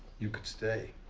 you could stay.